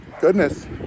goodness